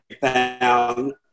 found